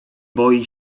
boi